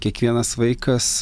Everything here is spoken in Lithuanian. kiekvienas vaikas